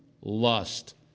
lust